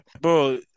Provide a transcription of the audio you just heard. bro